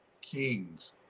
kings